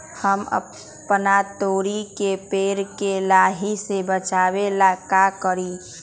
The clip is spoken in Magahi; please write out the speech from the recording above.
हम अपना तोरी के पेड़ के लाही से बचाव ला का करी?